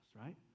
right